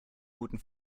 guten